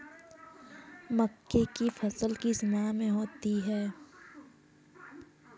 मक्के की फसल किस माह में होती है?